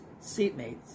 seatmates